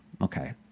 Okay